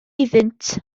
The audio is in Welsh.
iddynt